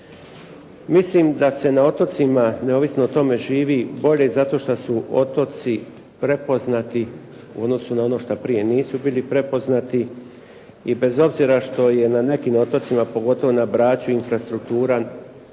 Mislim da se na otocima, neovisno o tome, živi bolje zato što su otoci prepoznati u odnosu na ono što prije nisu bili prepoznati i bez obzira što je na nekim otocima pogotovo na Braču, infrastruktura